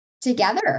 together